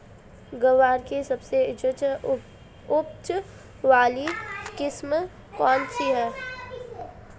ग्वार की सबसे उच्च उपज वाली किस्म कौनसी है?